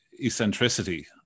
eccentricity